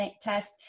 test